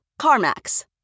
CarMax